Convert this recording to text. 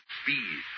speed